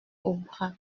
aubrac